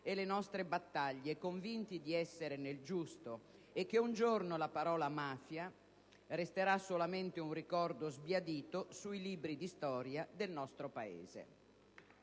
e le nostre battaglie, convinti di essere nel giusto e che un giorno la parola mafia resterà solamente un ricordo sbiadito sui libri di storia del nostro Paese.